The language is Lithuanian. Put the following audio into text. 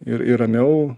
ir ir ramiau